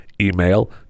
Email